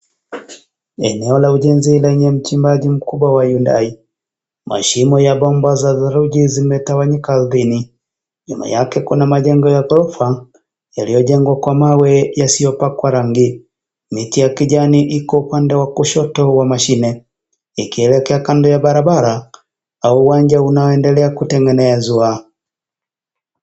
Eneo la ujenzi lenye mchimbaji mkubwa wa Hyundai mashimo ya bomba za saruji zimetawanyika ardhini, nyuma yake kuna majengo ya ghorofa yaliyojengwa kwa mawe yasiyopakwa rangi, miti ya kijani iko upande wa kushoto wa mashine ikiwa kando ya barabara au uwanja unaoendelea kutengenezwa.